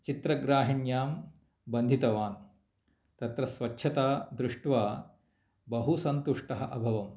चित्रग्राहिण्यां बन्धितवान् तत्र स्वच्छता दृष्ट्वा बहु सन्तुष्टः अभवम्